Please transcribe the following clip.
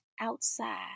outside